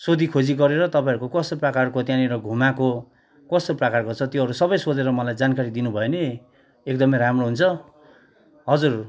सोधीखोजी गरेर तपाईँहरू कस्तो प्रकारको त्यहाँनिर घुमाएको कस्तो प्रकारको छ त्योहरू सबै सोधेर मलाई जानकारी दिनुभयो भने एकदमै राम्रो हुन्छ हजुर